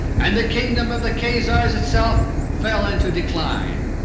and the kingdom of the khazars itself fell into decline.